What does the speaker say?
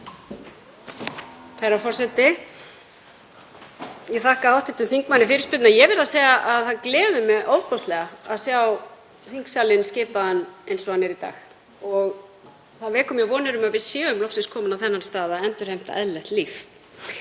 Herra forseti. Ég þakka hv. þingmanni fyrirspurnina. Ég verð að segja að það gleður mig ofboðslega að sjá þingsalinn skipaðan eins og hann er í dag. Það vekur mér vonir um að við séum loksins komin á þennan stað, að endurheimta eðlilegt líf.